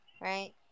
right